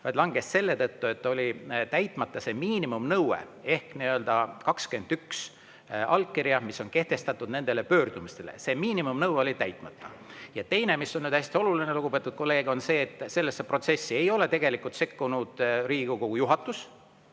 vaid langes selle tõttu, et oli täitmata miinimumnõue ehk 21 allkirja, mis on kehtestatud nendele pöördumistele. See miinimumnõue oli täitmata. Ja teine, mis on hästi oluline, lugupeetud kolleeg, on see, et sellesse protsessi ei ole tegelikult sekkunud Riigikogu juhatus.